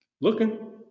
looking